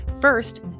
First